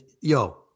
Yo